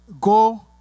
go